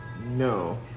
No